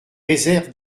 réserve